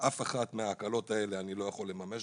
שאף אחת מההקלות האלה אני לא יכול לממש.